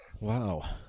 Wow